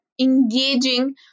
engaging